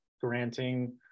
granting